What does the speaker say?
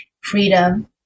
freedom